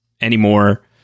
anymore